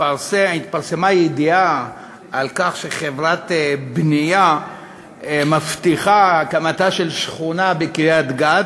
התפרסמה ידיעה על כך שחברת בנייה מבטיחה הקמתה של שכונה בקריית-גת,